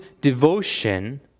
devotion